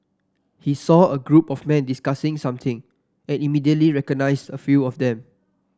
he saw a group of men discussing something and immediately recognised a few of them